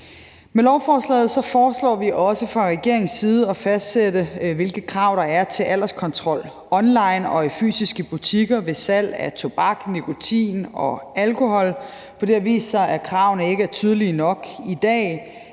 Med lovforslaget foreslår vi også fra regeringens side at fastsætte, hvilke krav der er til alderskontrol online og i fysiske butikker ved salg af tobak, nikotin og alkohol, for det har vist sig, at kravene ikke er tydelige nok i dag.